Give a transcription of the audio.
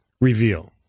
reveal